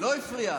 לא הפריע.